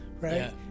right